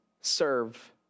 serve